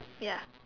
ya